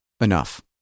enough